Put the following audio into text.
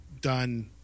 done